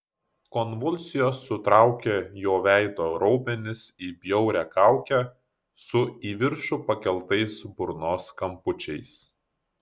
konvulsijos sutraukė jo veido raumenis į bjaurią kaukę su į viršų pakeltais burnos kampučiais